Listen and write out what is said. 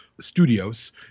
studios